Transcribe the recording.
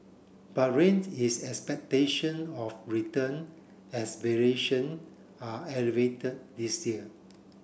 but reins is expectation of return as valuation are elevated this year